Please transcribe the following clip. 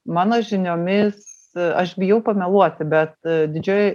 mano žiniomis aš bijau pameluoti bet didžioji